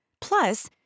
Plus